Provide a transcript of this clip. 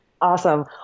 Awesome